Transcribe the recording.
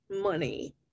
money